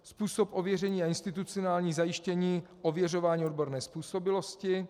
Způsob ověření a institucionální zajištění ověřování odborné způsobilosti.